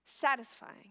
satisfying